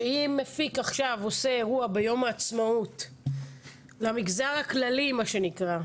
שאם מפיק עכשיו עושה אירוע ביום העצמאות למגזר הכללי מה שנקרא,